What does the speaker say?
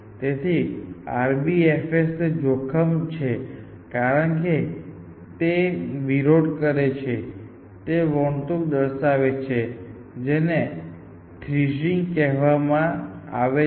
તેથી RBFS ને જોખમ છે કારણ કે તે વિરોધ કરે છે તે તેની વર્તણૂક દર્શાવે છે જેને થ્રેસીંગ ના કહેવામાં આવે છે